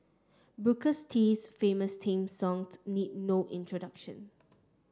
booker's T's famous theme songs need no introduction